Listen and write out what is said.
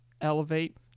elevate